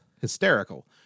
hysterical